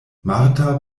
marta